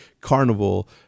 carnival